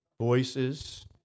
Voices